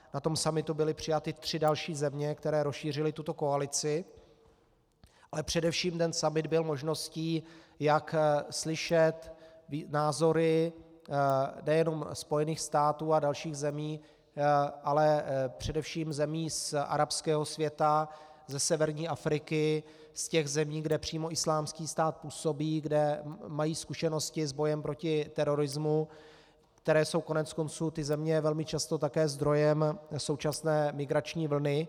Na tom summitu byly přijaty tři další země, které rozšířily tuto koalici, ale především ten summit byl možností, jak slyšet názory nejenom Spojených států a dalších zemí, ale především zemí z arabského světa, ze severní Afriky, z těch zemí, kde přímo Islámský stát působí, kde mají zkušenosti s bojem proti terorismu, které jsou koneckonců, ty země, velmi často také zdrojem současné migrační vlny.